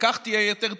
כך יהיו יותר תחרות,